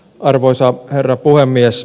arvoisa herra puhemies